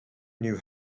new